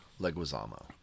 Leguizamo